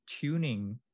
tuning